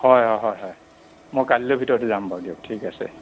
হয় অ' হয় হয় মই কাইলৈৰ ভিতৰতে যাম বাৰু দিয়ক ঠিক আছে